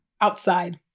Outside